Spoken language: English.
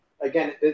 Again